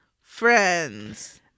friends